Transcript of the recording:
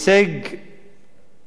נתח לא מבוטל